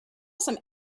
some